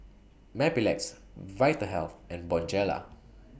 Mepilex Vitahealth and Bonjela